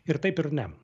ir taip ir ne